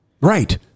Right